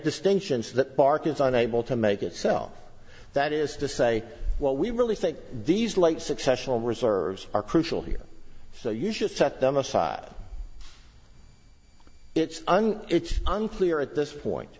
distinctions that barque is unable to make itself that is to say what we really think these late successful reserves are crucial here so you should set them aside it's an it's unclear at this point